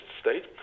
state